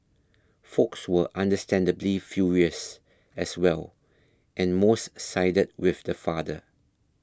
folks were understandably furious as well and most sided with the father